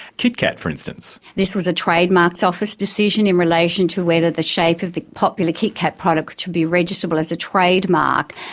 kit-kat for instance. this was a trademarks office decision in relation to whether the the shape of the popular kit-kat product should be registerable as a trademark,